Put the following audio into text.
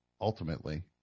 Ultimately